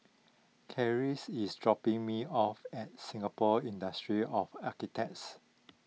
Claire is dropping me off at Singapore Institute of Architects